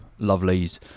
lovelies